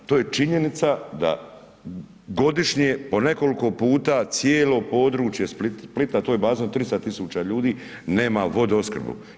To je činjenica da godišnje po nekoliko puta cijelo područje Splita to je bazen 300 tisuća ljudi nema vodoopskrbu.